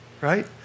Right